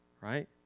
Right